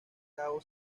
cabo